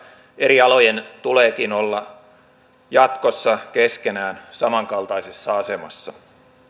eri alojen tuleekin olla jatkossa keskenään samankaltaisessa asemassa